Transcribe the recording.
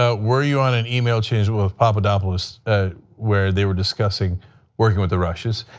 ah were you on an email chain with papadopoulos ah where they were discussing working with the russians?